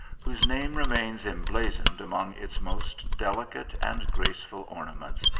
whose name remains em blazoned among its most delicate and graceful orna ments,